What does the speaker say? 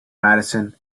madison